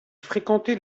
fréquentait